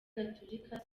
gatolika